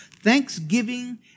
thanksgiving